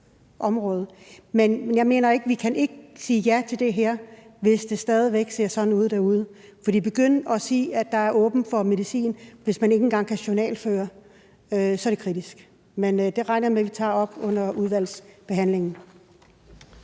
område. Jeg mener ikke, at vi kan sige ja til det her, hvis det stadig væk ser sådan ud derude. For hvis vi begynder at sige, at der er åbent for medicin, hvis man ikke engang kan journalføre, så er det kritisk. Men det regner jeg med at vi tager op under udvalgsbehandlingen.